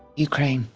ukraine.